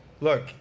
Look